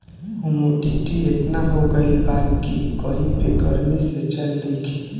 humidity एतना हो गइल बा कि कही पे गरमी से चैन नइखे